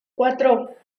cuatro